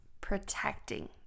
protecting